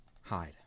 hide